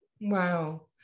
wow